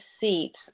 seat